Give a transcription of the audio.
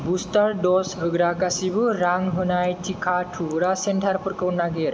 booster dose होग्रा गासिबो रां होनाय टिका थुग्रा सेन्टारफोरखौ नागिर